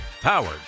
Powered